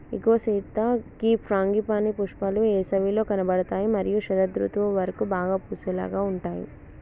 ఇగో సీత గీ ఫ్రాంగిపానీ పుష్పాలు ఏసవిలో కనబడుతాయి మరియు శరదృతువు వరకు బాగా పూసేలాగా ఉంటాయి